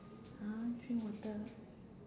!huh! drink water